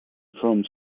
from